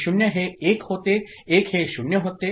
तर 0 हे 1 होते 1 हे 0 होते